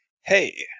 Hey